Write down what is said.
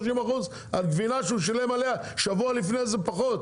30% על גבינה ששילם עליה שבוע לפני זה פחות.